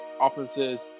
Offenses